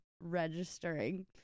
registering